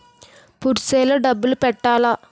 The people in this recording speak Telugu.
పుర్సె లో డబ్బులు పెట్టలా?